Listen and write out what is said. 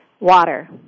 Water